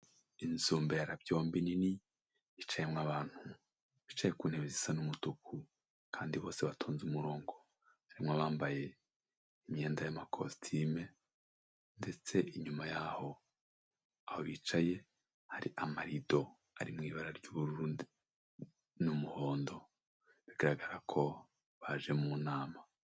Inzu mberabyombi nini, yicayemo abantu bicaye ku ntebe zisa n'umutuku kandi bose batonze umurongo. Harimo abambaye imyenda y'amakositime ndetse inyuma yaho aho bicaye, hari amarido ari mu ibara ry'ubururu n'umuhondo, bigaragara ko baje mu nama.